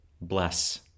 Bless